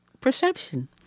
perception